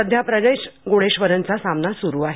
सध्या प्रजेश गुणेश्वरनचा सामना सुरु आहे